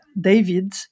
David